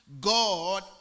God